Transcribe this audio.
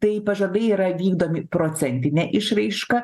tai pažadai yra vykdomi procentine išraiška